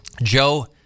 Joe